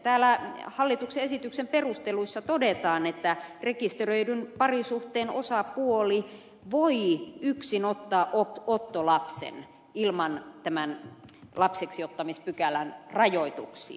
täällä hallituksen esityksen perusteluissa todetaan että rekisteröidyn parisuhteen osapuoli voi yksin ottaa ottolapsen ilman tämän lapseksiottamispykälän rajoituksia